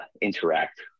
interact